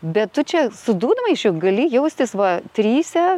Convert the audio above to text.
bet tu čia su dūdmaišiu gali jaustis va trise